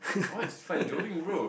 what's fun joving bro